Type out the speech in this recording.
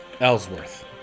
Ellsworth